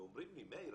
ואומרים לי: מאיר,